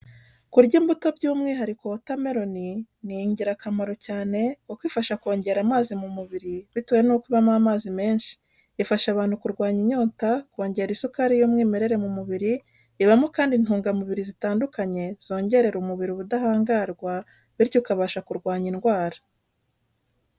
Kurya imbuto by'umwihariko wota meloni ni ingirakamaro cyane kuko ifasha kongera amazi mu mubiri bitewe n'uko ibamo amazi menshi, ifasha abantu kurwanya inyota, kongera isukari y'umwimerere mu mubiri, ibamo kandi intungamubiri zitandukanye zongerera umubiriri ubudahangarwa bityo ukabasha kurwanya indwara.